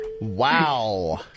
Wow